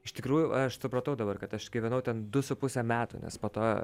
iš tikrųjų aš supratau dabar kad aš gyvenau ten du su puse metų nes po to